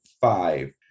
five